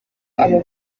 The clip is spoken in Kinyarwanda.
aba